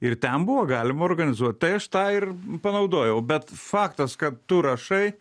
ir ten buvo galima organizuot tai aš tą ir panaudojau bet faktas kad tu rašai